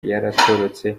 yaratorotse